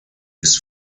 ist